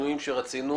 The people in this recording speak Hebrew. השינויים שרצינו לעשות.